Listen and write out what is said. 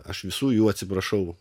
aš visų jų atsiprašau